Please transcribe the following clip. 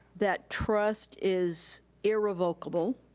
that trust is irrevocable.